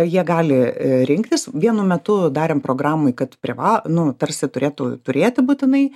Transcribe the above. jie gali rinktis vienu metu darėm programoj kad priva nu tarsi turėtų turėti būtinai